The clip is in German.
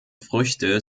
früchte